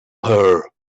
her